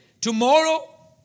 Tomorrow